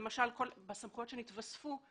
למשל בסמכויות שנתווספו,